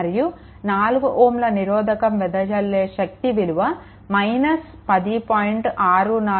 మరియు 4 Ωల నిరోధకం వెదజల్లే శక్తి విలువ -10